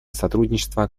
сотрудничество